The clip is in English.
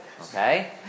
okay